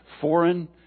foreign